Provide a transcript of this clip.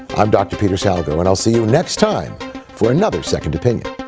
i'm dr. peter salgo. and i'll see you next time for another second opinion.